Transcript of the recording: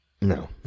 No